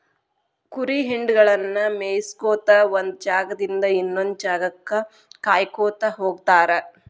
ಕುರಿ ಹಿಂಡಗಳನ್ನ ಮೇಯಿಸ್ಕೊತ ಒಂದ್ ಜಾಗದಿಂದ ಇನ್ನೊಂದ್ ಜಾಗಕ್ಕ ಕಾಯ್ಕೋತ ಹೋಗತಾರ